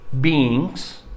beings